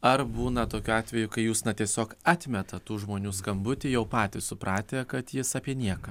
ar būna tokių atvejų kai jus na tiesiog atmetat tų žmonių skambutį jau patys supratę kad jis apie nieką